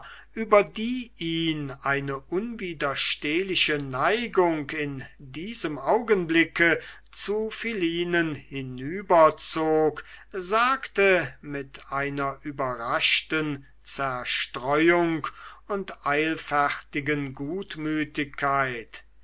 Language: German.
über die ihn eine unwiderstehliche neigung in diesem augenblicke zu philinen hinüberzog sagte mit einer überraschten zerstreuung und eilfertigen gutmütigkeit